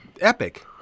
epic